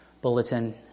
bulletin